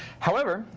however,